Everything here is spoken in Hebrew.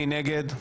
מי נגד?